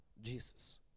Jesus